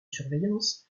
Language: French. surveillance